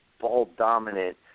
ball-dominant